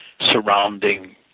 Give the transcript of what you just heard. surrounding